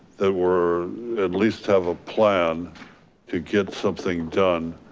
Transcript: that we're at least have a plan to get something done.